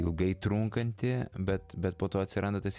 ilgai trunkanti bet bet po to atsiranda tas